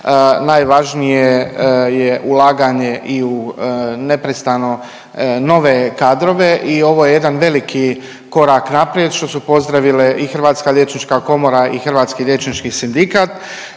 najvažnije je ulaganje i u neprestano nove kadrove i ovo je jedan veliki korak naprijed, što su pozdravile i Hrvatska liječnička komora i Hrvatski liječnički sindikat